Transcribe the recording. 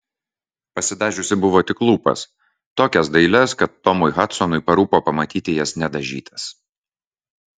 pasidažiusi buvo tik lūpas tokias dailias kad tomui hadsonui parūpo pamatyti jas nedažytas